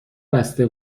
بسته